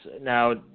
Now